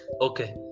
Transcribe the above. okay